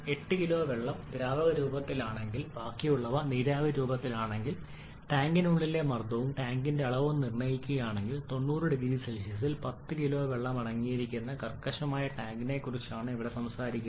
8 kilo വെള്ളം ദ്രാവക രൂപത്തിലാണെങ്കിൽ ബാക്കിയുള്ളവ നീരാവി രൂപത്തിലാണെങ്കിൽ ടാങ്കിനുള്ളിലെ മർദ്ദവും ടാങ്കിന്റെ അളവും നിർണ്ണയിക്കുകയാണെങ്കിൽ 90 0 സിയിൽ 10 കിലോ വെള്ളം അടങ്ങിയിരിക്കുന്ന കർക്കശമായ ടാങ്കിനെക്കുറിച്ചാണ് നിങ്ങൾ ഇവിടെ സംസാരിക്കുന്നത്